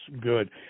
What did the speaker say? good